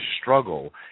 struggle